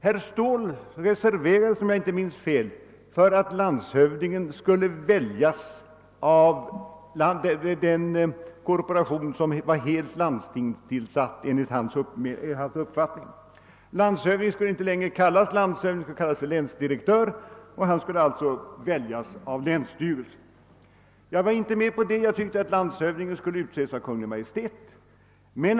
Herr Ståhl reserverade sig, om jag inte minns fel, för att landshövdingen skulle väljas av en instans, som enligt hans uppfattning skulle vara helt landstingstillsatt. Landshövdingen skulle inte längre kallas landshövding utan länsdirektör. Jag kunde inte ansluta mig till denna uppfattning utan menade att landshövdingen skulle utses av Kungl. Maj:t.